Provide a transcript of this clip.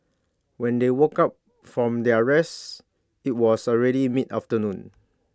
when they woke up from their rest IT was already mid afternoon